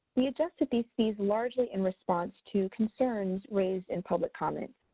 we adjusted these fees largely in response to concerns raised in public comments.